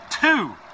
Two